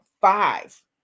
five